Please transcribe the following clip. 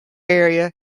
area